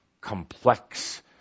complex